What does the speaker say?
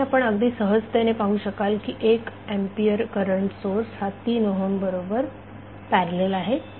त्यामुळे आपण अगदी सहजतेने पाहू शकाल की 1 एंपियर करंट सोर्स हा 3 ओहम रेझीस्टन्स बरोबर पॅरलल आहे